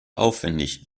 aufwendig